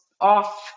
off